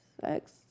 sex